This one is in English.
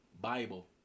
Bible